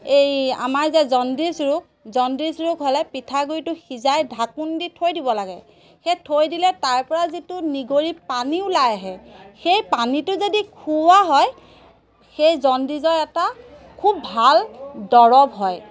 এই আমাৰ যে জণ্ডিজ ৰোগ জণ্ডিজ ৰোগ হ'লে পিঠাগুড়িটো সিজাই ঢাকন দি থৈ দিব লাগে সেই থৈ দিলে তাৰপৰা যিটো নিগৰী পানী ওলাই আহে সেই পানীটো যদি খুওৱা হয় সেই জণ্ডিজৰ এটা খুব ভাল দৰৱ হয়